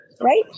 right